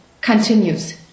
continues